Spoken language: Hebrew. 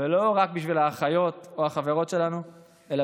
ולא רק בשביל האחיות או החברות שלנו אלא